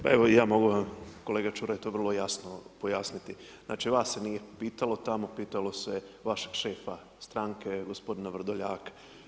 Pa evo, ja mogu kolegi Čuraju to vrlo jasno pojasniti, znači vas se nije pitalo tamo, pitalo se vašeg šefa stranke, gospodina Vrdoljaka.